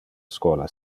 schola